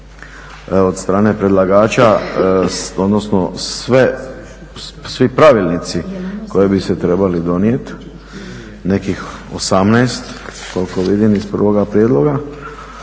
od strane predlagača, odnosno svi pravilnici koji bi se trebali donijeti, nekih 18, koliko vidim iz prvoga prijedloga,